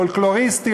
פולקלוריסטי,